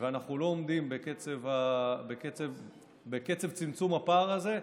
ואנחנו לא עומדים בקצב צמצום הפער הזה.